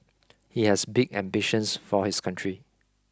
he has big ambitions for his country